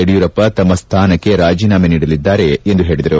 ಯಡಿಯೊರಪ್ಪ ತಮ್ನ ಸ್ನಾನಕ್ಷೆ ರಾಜೀನಾಮೆ ನೀಡಲಿದ್ದಾರೆ ಎಂದು ಹೇಳಿದರು